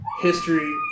history